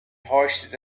hoisted